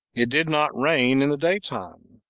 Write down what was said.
it did not rain in the daytime,